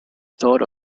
thought